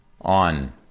on